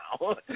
now